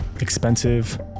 expensive